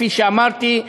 כפי שאמרתי,